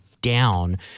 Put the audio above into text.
Down